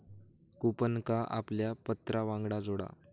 कूपनका आपल्या पत्रावांगडान जोडा